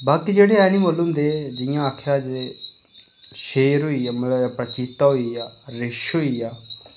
बाकी जेह्ड़े ऐनीमल होंदे जियां आखेआ जे शेर होई गेआ मतलब चीता होई गेआ रिच्छ होई गेआ